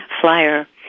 Flyer